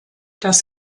das